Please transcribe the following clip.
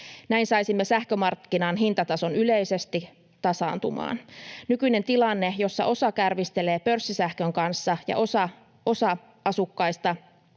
Näin saisimme sähkömarkkinan hintatason yleisesti tasaantumaan. Nykyinen tilanne, jossa osa kärvistelee pörssisähkön kanssa ja osa asukkaista,